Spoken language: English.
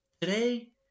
Today